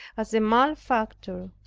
as a malefactor,